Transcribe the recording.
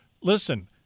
Listen